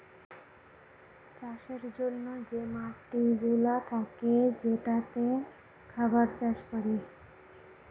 চাষের জন্যে যে মাটিগুলা থাকে যেটাতে খাবার চাষ করে